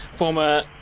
former